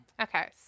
Okay